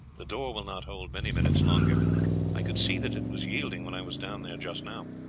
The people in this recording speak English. the door will not hold many minutes longer i could see that it was yielding when i was down there just now.